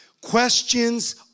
Questions